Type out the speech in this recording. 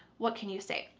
what can you say?